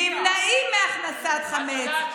נמנעים מהכנסת חמץ,